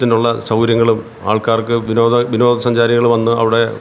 ത്തിനുള്ള സൗകര്യങ്ങളും ആൾക്കാർക്ക് വിനോദ വിനോദസഞ്ചാരികൾ വന്ന് അവിടെ